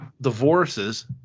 divorces